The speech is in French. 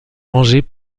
rangées